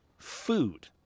food